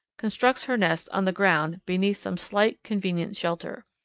constructs her nest on the ground beneath some slight, convenient shelter.